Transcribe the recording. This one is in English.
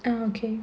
ah okay